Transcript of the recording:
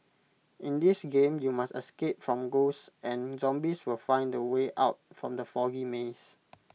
in this game you must escape from ghosts and zombies while finding the way out from the foggy maze